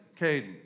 Caden